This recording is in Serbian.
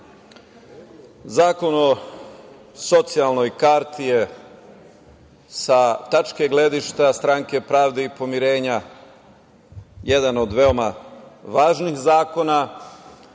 Zakon o socijalnoj karti je sa tačke gledišta Stranke pravde i pomirenja jedan od veoma važnih zakona,